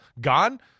Gone